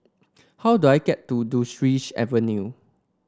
how do I get to Duchess Avenue